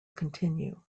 continue